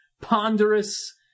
ponderous